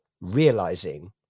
realizing